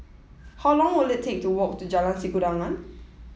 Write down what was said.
how long will it take to walk to Jalan Sikudangan